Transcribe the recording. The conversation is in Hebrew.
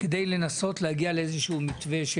כדי לנסות להגיע לאיזה שהוא מתווה.